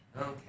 Okay